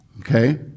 Okay